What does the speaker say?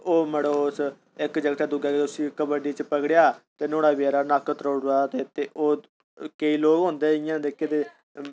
ओह् मड़ो इक जागतै दुए जागतै कबड्डी च पकड़ेआ ते नुआढ़ा नक्क तरोड़आ और केईं लोक औंदे जेह्के